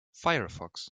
firefox